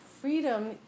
freedom